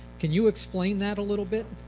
can you explain that a little bit?